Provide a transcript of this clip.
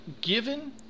given